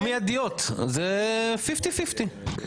לא מיידיות, זה פיפטי פיפטי.